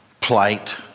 plight